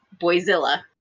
Boyzilla